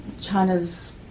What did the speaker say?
China's